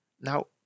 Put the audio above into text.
Now